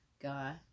guy